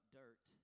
dirt